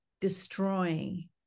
destroying